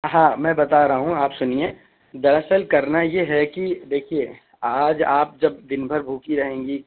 ہاں میں بتا رہا ہوں آپ سنیے دراصل کرنا یہ ہے کہ دیکھیے آج آپ جب دن بھر بھوکی رہیں گی